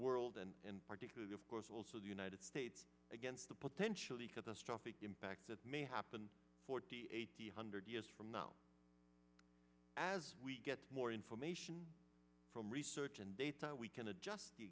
world and particularly of course also the united states against the potentially catastrophic impact that may happen forty eight hundred years from now as we get more information from research and data we can adjust the